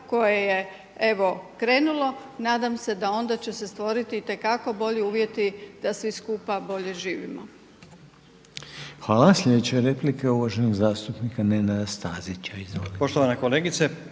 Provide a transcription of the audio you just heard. koje je evo krenulo nadam se da onda će se stvoriti itekako bolji uvjeti da svi skupa bolje živimo. **Reiner, Željko (HDZ)** Hvala. Sljedeća replika je uvaženog zastupnika Nenada Stazića.